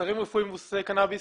ומוצרי קנאביס